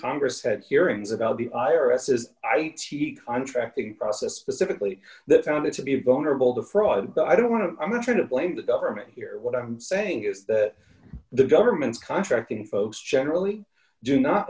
congress had hearings about the i r s is i t contracting process specifically that found it to be vulnerable to fraud but i don't want to i'm going to blame the government here what i'm saying is that the government's contracting folks generally do not